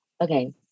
okay